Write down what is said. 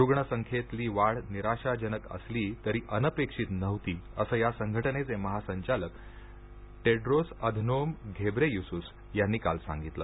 रुग्ण संख्येतली वाढ निराशाजनक असली तरी अनपेक्षित नव्हती असं या संघटनेचे महासंचालक टेड्रोस अधनोम घेब्रेयेसूस यांनी काल सांगितलं